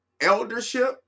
eldership